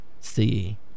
see